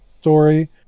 story